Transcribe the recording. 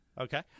Okay